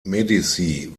medici